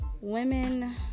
women